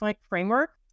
framework